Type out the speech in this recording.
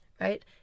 right